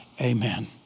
amen